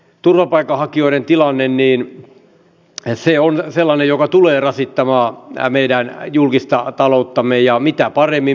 turvapaikanhakijoiden tilanne niin hesse on sellainen joka tulee rasittamaan meidän julkista talouttamme ja mitä paremmin